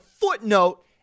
footnote